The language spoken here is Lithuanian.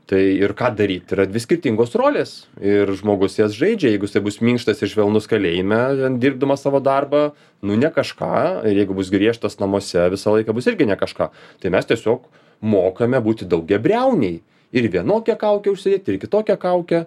tai ir ką daryt yra dvi skirtingos rolės ir žmogus jas žaidžia jeigu jisai bus minkštas ir švelnus kalėjime ten dirbdamas savo darbą nu ne kažką ir jeigu bus griežtas namuose visą laiką bus irgi ne kažką tai mes tiesiog mokame būti daugiabriauniai ir vienokią kaukę užsidėt ir kitokią kaukę